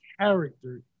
character